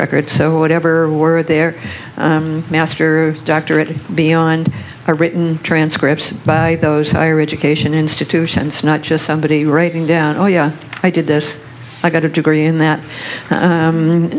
records so whatever word there master doctorate beyond a written transcript by those higher education institutions not just somebody writing down oh yeah i did this i got a degree in that